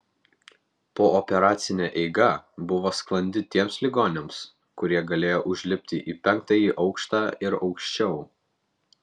pooperacinė eiga buvo sklandi tiems ligoniams kurie galėjo užlipti į penktąjį aukštą ir aukščiau